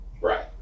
Right